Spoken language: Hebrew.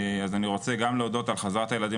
אז אני רוצה גם להודות על חזרת הילדים